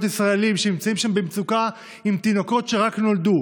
ישראלים שנמצאים שם במצוקה עם תינוקות שרק נולדו,